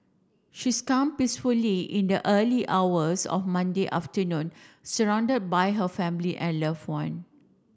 she peacefully in the early hours of Monday afternoon surrounded by her family and loved one